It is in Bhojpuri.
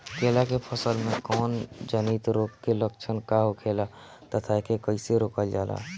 केला के फसल में कवक जनित रोग के लक्षण का होखेला तथा एके कइसे रोकल जाला?